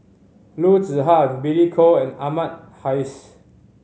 Loo Zihan Billy Koh and Ahmad Hais